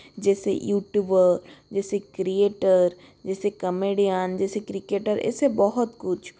जैसे यूट्यूबर जैसे क्रिएटर जैसे कमेडियन जैसे क्रिकेटर ऐसे बहुत कुछ